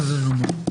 בסדר גמור.